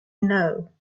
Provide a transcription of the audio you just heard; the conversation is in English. know